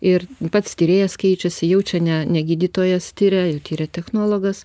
ir pats tyrėjas keičiasi jau čia ne ne gydytojas tiria tiria technologas